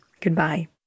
Goodbye